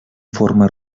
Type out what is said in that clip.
forma